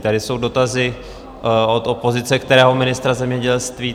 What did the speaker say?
Tady jsou dotazy od opozice, kterého ministra zemědělství?